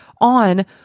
on